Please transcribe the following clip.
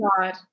God